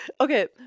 Okay